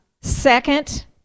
Second